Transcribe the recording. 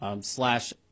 slash